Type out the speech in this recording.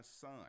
son